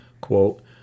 quote